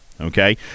okay